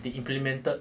they implemented